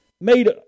made